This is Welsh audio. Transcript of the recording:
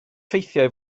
ffeithiau